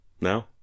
no